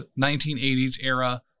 1980s-era